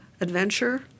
adventure